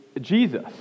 Jesus